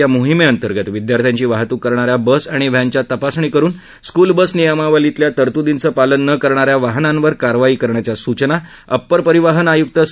या मोहीमेअंतर्गत विदयार्थ्यांची वाहतुक करणाऱ्या बस आणि व्हॅनच्या तपासणी करून स्कल बस नियमावलीतल्या तरत्दींचं पालन न करणाऱ्या वाहनांवर कारवाई करण्याच्या सूचना अप्पर परिवहन आयुक्त स